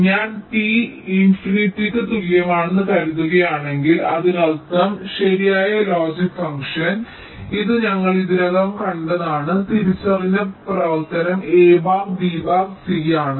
ഞാൻ t ഇൻഫിനിറ്റിക് തുല്യമാണെന്ന് കരുതുകയാണെങ്കിൽ അതിനർത്ഥം ശരിയായ ലോജിക് ഫംഗ്ഷൻ ഇത് ഞങ്ങൾ ഇതിനകം കണ്ടതാണ് തിരിച്ചറിഞ്ഞ പ്രവർത്തനം a bar b bar c ആണ്